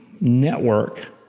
network